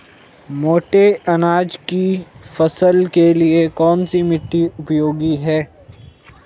मोटे अनाज की फसल के लिए कौन सी मिट्टी उपयोगी है?